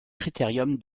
critérium